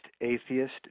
atheist